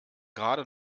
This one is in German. gerade